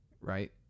Right